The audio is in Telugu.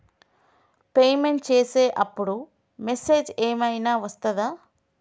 పేమెంట్ చేసే అప్పుడు మెసేజ్ ఏం ఐనా వస్తదా?